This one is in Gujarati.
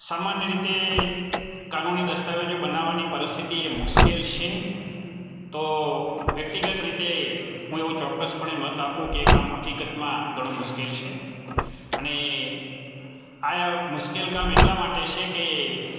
સામાન્ય રીતે કાનૂની દસ્તાવેજો બનાવાની પરિસ્થિતિ એ મુશ્કેલ છે તો વ્યક્તિગત રીતે હું એવું ચોક્કસ પણે મત આપું કે એ કામ હકીકતમાં ઘણું મુશ્કેલ છે અને આય મુશ્કેલ કામ એટલા માટે છે કે